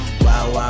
Wow